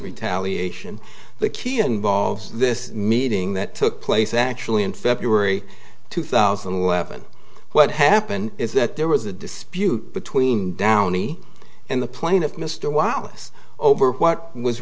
retaliation the key involves this meeting that took place actually in february two thousand and eleven what happened is that there was a dispute between downey and the plaintiff mr wow this over what was